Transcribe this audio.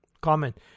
Comment